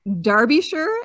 Derbyshire